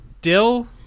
dill